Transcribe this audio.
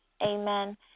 amen